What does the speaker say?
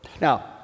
Now